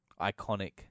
iconic